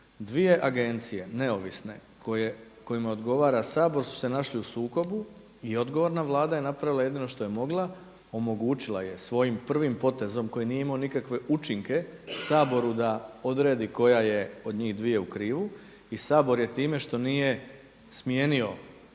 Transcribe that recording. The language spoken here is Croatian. dvije agencije neovisne kojima odgovara Sabor su se našle u sukobu i odgovorna Vlada je napravila jedino što je mogla, omogućila je svojim prvim potezom koji nije imao nikakve učinke Saboru da odredi koja je od njih dvije u krivu. I Sabor je time što nije smijenio